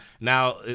Now